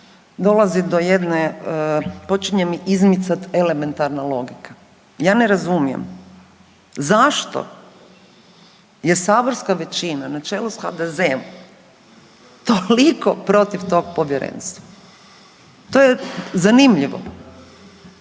dolazi do jedne počinje mi izmicati elementarna logika. Ja ne razumijem zašto je saborska većina na čelu sa HDZ-om toliko protiv toga Povjerenstva to je zanimljivo.